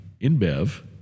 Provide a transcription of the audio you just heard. InBev